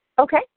Okay